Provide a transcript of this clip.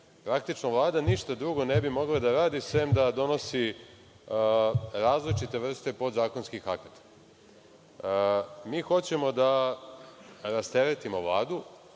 Praktično, Vlada ništa drugo ne bi mogla da radi, sem da donosi različite vrste podzakonskih akata. Mi hoćemo da rasteretimo Vladu,